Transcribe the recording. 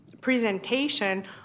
presentation